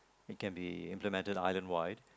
it can be implemented island wide